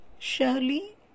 surely